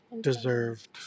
deserved